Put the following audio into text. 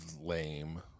lame